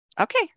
Okay